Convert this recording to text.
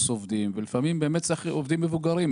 עובדים ולפעמים צריך עובדים מבוגרים,